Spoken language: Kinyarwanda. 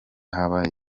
habaye